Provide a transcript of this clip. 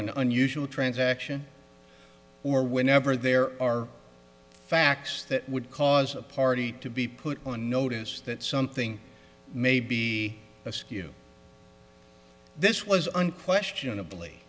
an unusual transaction or whenever there are facts that would cause a party to be put on notice that something may be askew this was unquestionably